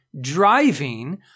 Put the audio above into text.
driving